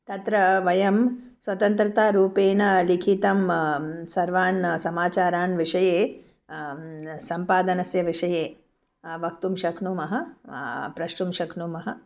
तत्र वयं स्वतन्त्रतारूपेण लिखितं सर्वान् समाचारान् विषये सम्पादनस्य विषये वक्तुं शक्नुमः प्रष्टुं शक्नुमः